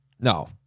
No